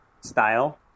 style